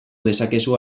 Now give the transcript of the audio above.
dezakezu